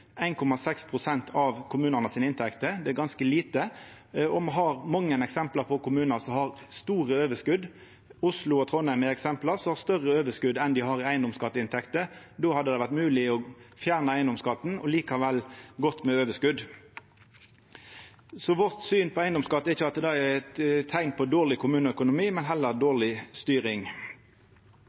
av inntektene til kommunane. Det er ganske lite. Me har mange eksempel på kommunar som har store overskot. Oslo og Trondheim er eksempel som har større overskot enn dei har i eigedomsskatteinntekter. Det hadde vore mogleg å fjerna eigedomsskatten og likevel gå med overskot. Så vårt syn på eigedomsskatt er ikkje at det er teikn på dårleg kommuneøkonomi, men heller dårleg styring.